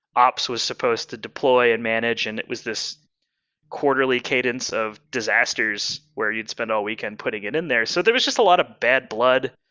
ops was supposed to deploy and manage and it was this quarterly cadence of disasters where you'd spend all weekend putting it in there. so there was just a lot of bad blood,